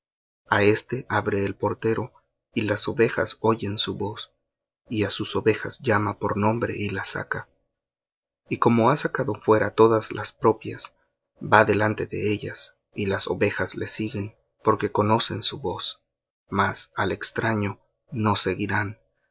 a éste abre el portero y las ovejas oyen su voz y á sus ovejas llama por nombre y las saca y como ha sacado fuera todas las propias va delante de ellas y las ovejas le siguen porque conocen su voz mas al extraño no seguirán